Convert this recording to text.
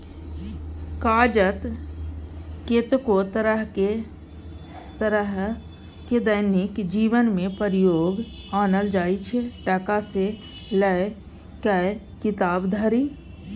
कागत कतेको तरहक दैनिक जीबनमे प्रयोग आनल जाइ छै टका सँ लए कए किताब धरि